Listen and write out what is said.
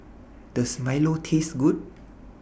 Does Milo Taste Good